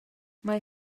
mae